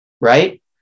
Right